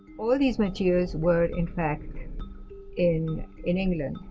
all these materials were in fact in in england.